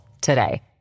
today